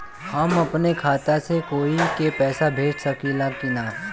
हम अपने खाता से कोई के पैसा भेज सकी ला की ना?